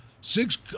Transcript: Six